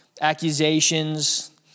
accusations